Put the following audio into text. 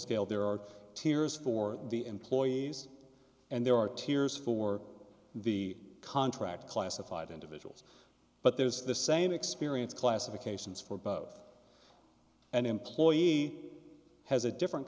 scale there are tears for the employees and there are tears for the contract classified individuals but there is the same experience classifications for both an employee has a different